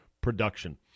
production